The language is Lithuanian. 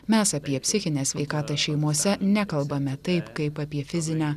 mes apie psichinę sveikatą šeimose nekalbame taip kaip apie fizinę